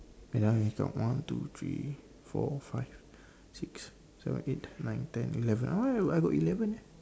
ya he's got one two three four five six seven eight nine ten eleven ah ya I got I got eleven leh